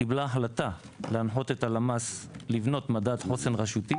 קיבלה החלטה להנחות את הלמ"ס לבנות מדד חוסן רשותי.